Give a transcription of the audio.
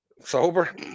Sober